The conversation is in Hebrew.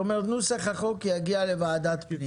זאת אומרת, נוסח החוק יגיע לוועדת הפנים.